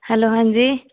hello हां जी